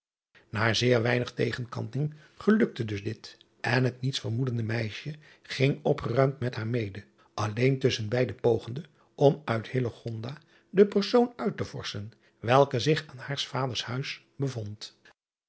a zeer weinig tegenkanting gelukte dus dit en het niets vermoedende meisje ging opgeruimd met haar mede alleen tusschen beide pogende om uit de persoon uit te vorschen welke zich aan haars vaders huis bevond